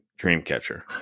Dreamcatcher